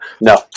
No